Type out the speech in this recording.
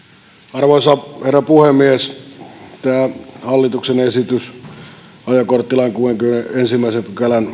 arvoisa herra puhemies tämän hallituksen esityksen ajokorttilain kuudennenkymmenennenensimmäisen pykälän